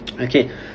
Okay